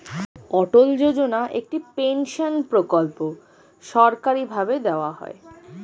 অটল যোজনা একটি পেনশন প্রকল্প সরকারি ভাবে দেওয়া হয়